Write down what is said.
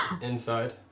inside